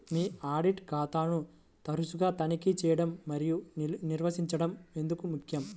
మీ audit ఖాతాను తరచుగా తనిఖీ చేయడం మరియు నిర్వహించడం ఎందుకు ముఖ్యం?